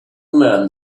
man